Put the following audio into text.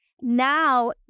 now